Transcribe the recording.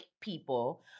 people